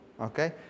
Okay